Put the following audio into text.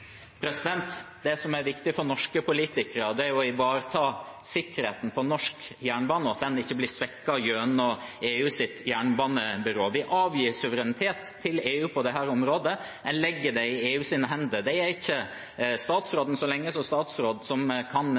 Det som er viktig for norske politikere, er å ivareta sikkerheten på norsk jernbane, og at den ikke blir svekket gjennom EUs jernbanebyrå. Vi avgir suverenitet til EU på dette området, en legger det i EUs hender. Det er ikke lenger statsråden som statsråd som kan